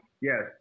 yes